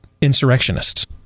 insurrectionists